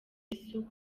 yesu